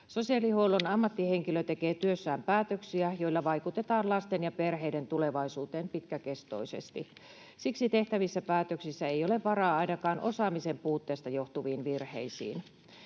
Sosiaalihuollon ammattihenkilö tekee työssään päätöksiä, joilla vaikutetaan lasten ja perheiden tulevaisuuteen pitkäkestoisesti. Siksi tehtävissä päätöksissä ei ole varaa ainakaan osaamisen puutteesta johtuviin virheisiin.